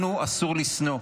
לנו אסור לשנוא.